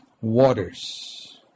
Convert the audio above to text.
waters